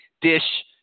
dish